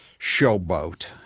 showboat